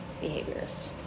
behaviors